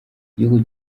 igihugu